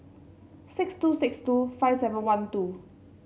six two six two five seven one two